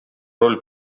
роль